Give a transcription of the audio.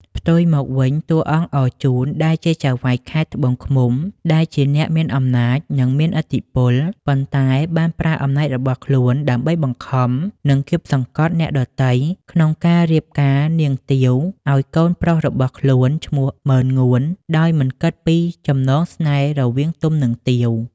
ផ្ទុយមកវិញ តួអង្គអរជូន ដែលជាចៅហ្វាយខេត្តត្បូងឃ្មុំ ដែលជាអ្នកមានអំណាច និងមានឥទ្ធិពល ប៉ុន្តែបានប្រើអំណាចរបស់ខ្លួនដើម្បីបង្ខំ និងកៀបសង្កត់អ្នកដទៃ ក្នុងការរៀបការនាងទាវឲ្យកូនប្រុសរបស់ខ្លួនឈ្មោះ ម៉ឺនងួន ដោយមិនគិតពីចំណងស្នេហ៍រវាងទុំ និងទាវ។